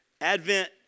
Advent